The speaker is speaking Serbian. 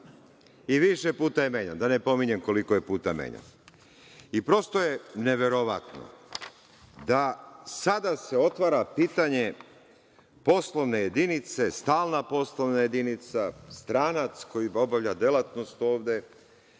i više puta je menjan, da ne pominjem koliko je puta menjan. Prosto je neverovatno da se sada otvara pitanje poslovne jedinice, stalna poslovna jedinica, stranac koji obavlja delatnost ovde